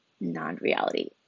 non-reality